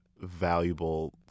valuable